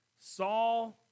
Saul